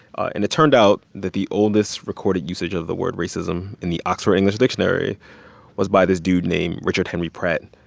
and it turned out that the oldest recorded usage of the word racism in the oxford english dictionary was by this dude named richard henry pratt.